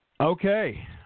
Okay